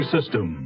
System